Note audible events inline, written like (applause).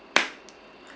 (noise)